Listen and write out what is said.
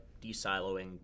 de-siloing